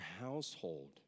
household